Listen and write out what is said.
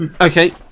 Okay